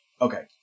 Okay